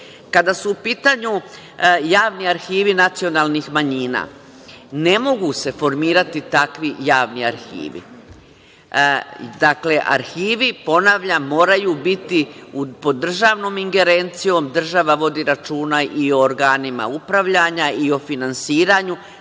su u pitanju javni arhivi nacionalnih manjina, ne mogu se formirati takvi javni arhivi. Dakle, arhivi, ponavljam, moraju biti pod državnom ingerencijom. Država vodi računa i o organima upravljanja i o finansiranju.